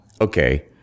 okay